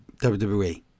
WWE